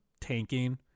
tanking